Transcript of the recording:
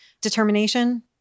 determination